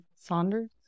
Saunders